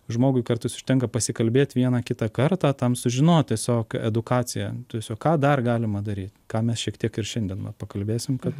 žmogui kartais užtenka pasikalbėt vieną kitą kartą tam sužinot tiesiog edukacija tiesiog ką dar galima daryt ką mes šiek tiek ir šiandien vat pakalbėsim kad